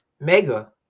mega